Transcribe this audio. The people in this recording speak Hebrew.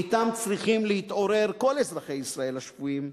אִתם צריכים להתעורר כל אזרחי ישראל השפויים,